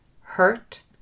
Hurt